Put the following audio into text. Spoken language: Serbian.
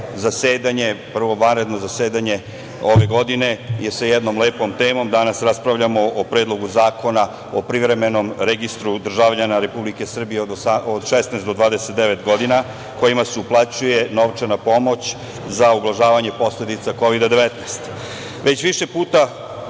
prvo vanredno zasedanje ove godine je sa jednom lepom temom. Danas raspravljamo o Predlogu zakona o privremenom registru državljana Republike Srbije od 16 do 29 godina kojima se uplaćuje novčana pomoć za ublažavanje posledica Kovid-19.Već